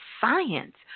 science